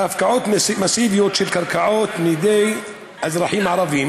בהפקעות מסיביות של קרקעות מידי אזרחים ערבים,